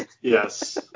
Yes